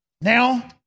now